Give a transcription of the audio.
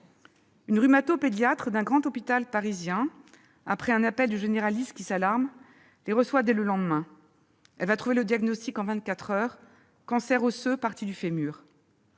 Une rhumato-pédiatre d'un grand hôpital parisien, après un appel du généraliste qui s'alarme, les reçoit dès le lendemain. Elle va trouver le diagnostic en vingt-quatre heures : cancer osseux parti du fémur.